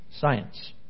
science